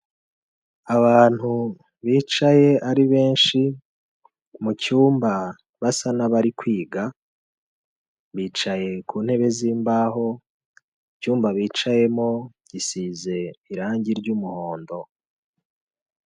Abantu bicaye ari benshi mu cyumba basa n'abari kwiga, bicaye ku ntebe z'imbaho, icyumba bicayemo gisize irange ry'umuhondo.